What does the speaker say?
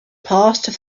passed